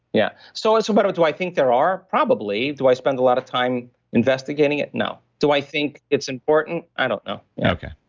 yeah so, it's about but what do i think there are probably, do i spend a lot of time investigating it, no? do i think it's important? i don't know okay.